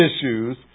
issues